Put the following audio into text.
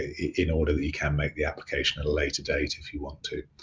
in order that you can make the application at a later date if you want to.